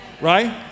right